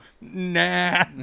nah